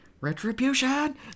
Retribution